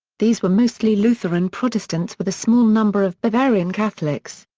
these were mostly lutheran protestants with a small number of bavarian catholics.